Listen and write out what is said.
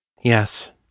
Yes